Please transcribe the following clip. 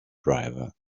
driver